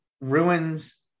Ruins